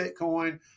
Bitcoin